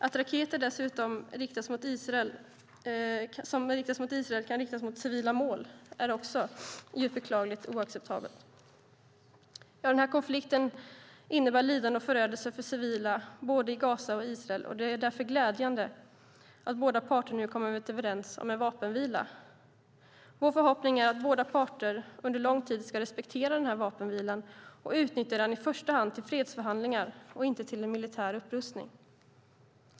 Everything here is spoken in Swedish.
Att raketer som riktas mot Israel dessutom kan riktas mot civila mål är också djupt beklagligt och oacceptabelt. Den här konflikten innebär lidande och förödelse för civila både i Gaza och i Israel. Det är därför glädjande att båda parter nu kommit överens om en vapenvila. Vår förhoppning är att båda parter under lång tid ska respektera den här vapenvilan och utnyttja den i första hand till fredsförhandlingar och inte till en militär upprustning.